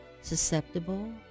susceptible